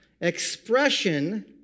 expression